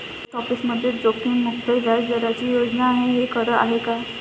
Post ऑफिसमध्ये जोखीममुक्त व्याजदराची योजना आहे, हे खरं आहे का?